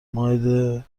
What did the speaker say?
مائده